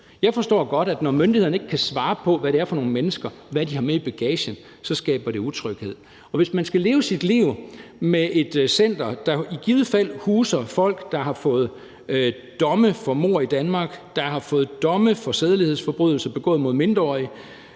Jeg forstår godt, at det, når myndighederne ikke kan svare på, hvad det er for nogle mennesker, og hvad de har med i bagagen, skaber utryghed. I givet fald vil det center huse folk, der har fået domme for mord i Danmark, der har fået domme for sædelighedsforbrydelser begået mod mindreårige,